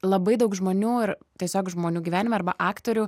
labai daug žmonių ar tiesiog žmonių gyvenime arba aktorių